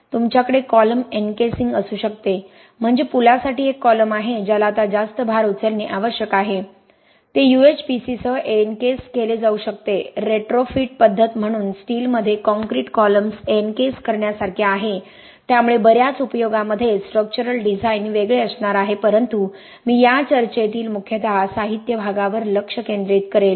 तुमच्याकडे column encasing असू शकतात म्हणजे पुलासाठी एक कॉलम आहे ज्याला आता जास्त भार उचलणे आवश्यक आहे ते UHPC सह एन्केस केले जाऊ शकते रेट्रोफिट पद्धत म्हणून स्टीलमध्ये कॉंक्रिट कॉलम्स एन्केस करण्यासारखे आहे त्यामुळे बऱ्याच उपयोगामध्ये स्ट्रक्चरल डिझाईन वेगळे असणार आहे परंतु मी या चर्चेतील मुख्यतः साहित्य भागावर लक्ष केंद्रित करेन